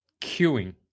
Queuing